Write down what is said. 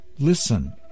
Listen